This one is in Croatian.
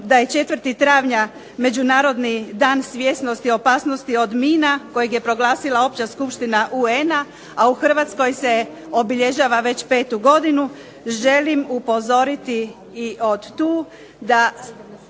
da je 4. travnja Međunarodni dan svjesnosti, opasnosti od mina, kojeg je proglasila Opća Skupština UN-a, a u Hrvatskoj se obilježava već petu godinu, želim upozoriti i od tu da